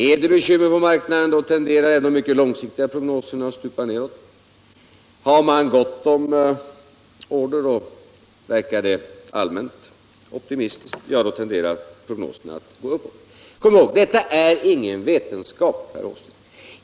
Är det bekymmer på marknaden tenderar även de mycket långsiktiga prognoserna att stupa nedåt. Har man gott om order och verkar läget allmänt optimistiskt, tenderar prognoserna att gå upp. Kom ihåg, herr Åsling, att detta är ingen vetenskap.